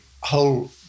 whole